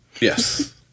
Yes